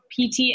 PT